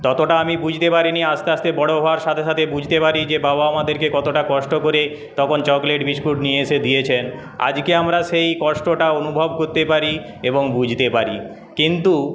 ততটা আমি বুঝতে পারিনি আস্তে আস্তে বড় হওয়ার সাথে সাথে বুঝতে পারি যে বাবা আমাদেরকে কতটা কষ্ট করে তখন চকলেট বিস্কুট নিয়ে এসে দিয়েছেন আজকে আমরা সেই কষ্টটা অনুভব করতে পারি এবং বুঝতে পারি কিন্তু